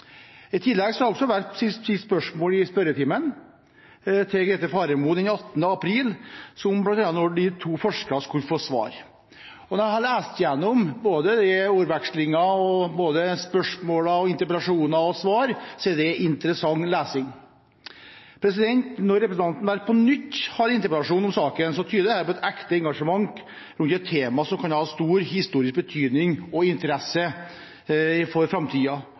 I tillegg stilte også Werp spørsmål i spørretimen til Grete Faremo den 18. april 2012, bl.a. om når to forskere skulle få svar. Det jeg har lest gjennom både ordvekslingen, spørsmålene og interpellasjonene med svar, har vært interessant lesing. Når representanten Werp på nytt har en interpellasjon om saken, tyder det på ekte engasjement rundt et tema som kan ha stor historisk betydning og interesse for